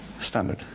standard